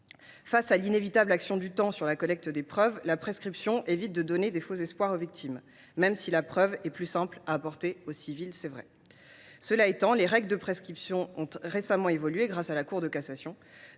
Face à l’inévitable action du temps sur la collecte des preuves, la prescription vise à éviter de donner de faux espoirs aux victimes, même si la preuve – il est vrai – est plus simple à apporter au civil. Cela étant, les règles ont récemment évolué grâce à la Cour de cassation.